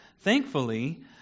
thankfully